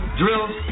drills